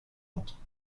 montre